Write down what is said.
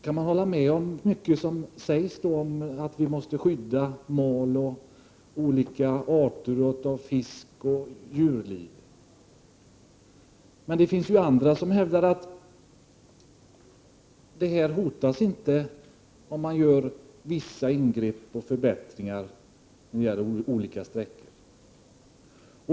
Man kan hålla med om mycket som sägs om att mal och olika arter av fisk och annat djurliv måste skyddas. Men det finns andra som hävdar att de inte hotas om vissa ingrepp och förbättringar görs på olika sträckor.